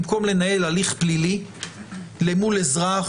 במקום לנהל הליך פלילי למול אזרח,